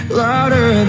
louder